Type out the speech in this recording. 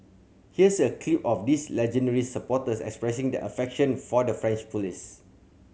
here's a clip of these legendary supporters expressing their affection for the French police